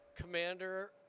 Commander